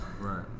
right